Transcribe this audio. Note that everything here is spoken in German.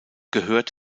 gehört